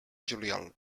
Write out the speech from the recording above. juliol